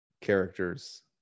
characters